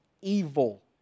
evil